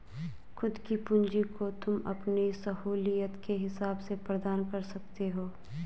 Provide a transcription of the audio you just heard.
खुद की पूंजी को तुम अपनी सहूलियत के हिसाब से प्रदान कर सकते हो